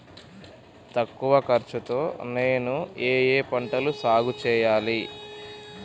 తక్కువ ఖర్చు తో నేను ఏ ఏ పంటలు సాగుచేయాలి?